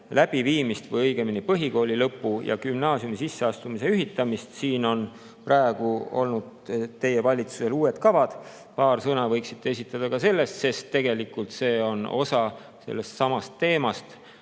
läbiviimist või õigemini põhikooli lõpu ja gümnaasiumi sisseastumise ühitamist? Teie valitsusel on selles vallas uued kavad. Paar sõna võiksite öelda ka selle kohta, sest tegelikult see on osa sellestsamast teemast,